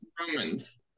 Romans